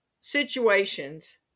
situations